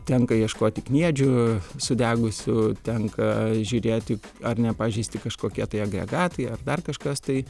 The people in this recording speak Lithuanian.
tenka ieškoti kniedžių sudegusių tenka žiūrėti ar nepažeisti kažkokie tai agregatai ar dar kažkas tai